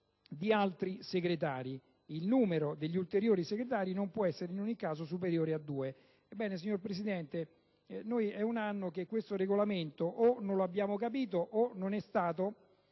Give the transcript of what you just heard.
di altri Segretari (...). Il numero degli ulteriori Segretari non può essere in ogni caso superiore a due». Ebbene, signor Presidente, è un anno che questo Regolamento o non lo abbiamo capito o non è stato